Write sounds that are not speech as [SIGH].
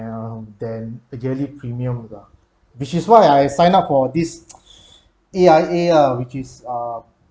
um then the yearly premium uh which is why I sign up for this [NOISE] A_I_A ah which is uh